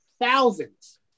thousands